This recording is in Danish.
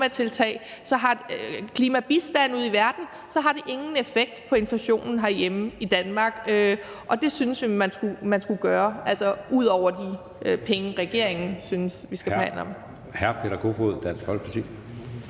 klimatiltag og giver klimabistand ude i verden, så har det ingen effekt på inflationen herhjemme i Danmark. Og det synes vi man skulle gøre, altså ud over de penge, som regeringen synes vi skal forhandle om.